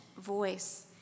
voice